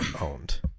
owned